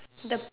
the